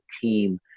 team